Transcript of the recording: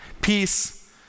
Peace